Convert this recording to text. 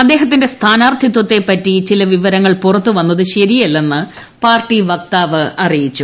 അദ്ദേഹത്തിന്റെ സ്ഥാനാർത്ഥിത്വത്തെ പറ്റി ചില വിവരങ്ങൾ പുറത്തുവന്നത് ശരിയല്ലെന്ന് പാർട്ടി വക്താവ് അറിയിച്ചു